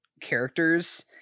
characters